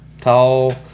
tall